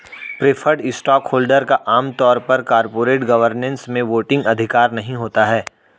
preferred stockholder का आम तौर पर कॉरपोरेट गवर्नेंस में वोटिंग अधिकार नहीं होता है